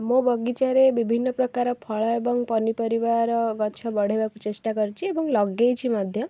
ମୋ ବଗିଚାରେ ବିଭିନ୍ନପ୍ରକାର ଫଳ ଏବଂ ପନିପରିବାର ଗଛ ବଢ଼େଇବାକୁ ଚେଷ୍ଟାକରିଛି ଏବଂ ଲଗାଇଛି ମଧ୍ୟ